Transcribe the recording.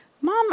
Mom